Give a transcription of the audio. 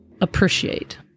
Appreciate